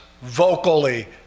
vocally